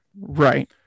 right